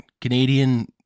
Canadian